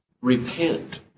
repent